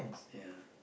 ya